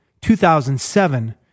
2007